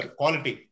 quality